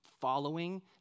following